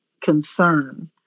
concern